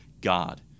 God